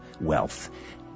wealth